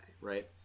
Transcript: right